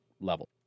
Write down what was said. level